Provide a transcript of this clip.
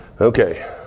Okay